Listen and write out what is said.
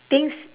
things